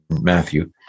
Matthew